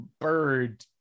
bird